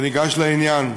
ניגש לעניין.